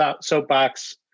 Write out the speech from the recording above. soapbox